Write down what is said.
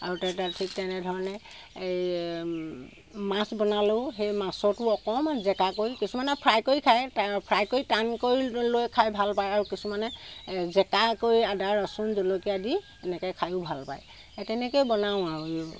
আৰু তাতে ঠিক তেনে ধৰণে মাছ বনালেও সেই মাছটো অকণমান জেকাকৈ কিছুমানে ফ্ৰাই কৰি খায় ফ্ৰাই কৰি টানকৈ লৈ খাই ভালপায় আৰু কিছুমানে জেকাকৈ আদা ৰচোন জলকীয়া দি তেনেকৈ খায়ো ভাল পায় এই তেনেকৈয়ে বনাওঁ আৰু